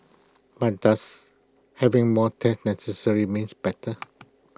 but does having more tests necessarily means better